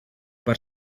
per